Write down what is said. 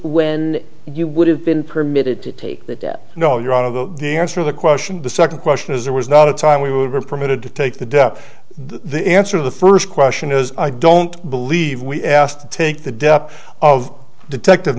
when you would have been permitted to take that debt you know you're out of the the answer the question the second question is there was not a time we were permitted to take the debt the answer of the first question is i don't believe we asked take the dept of detective